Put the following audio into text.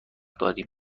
داریم